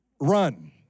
run